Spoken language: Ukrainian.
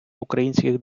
українських